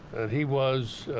he was